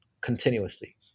continuously